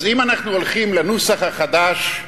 אז אם אנחנו הולכים לנוסח החדש,